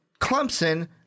Clemson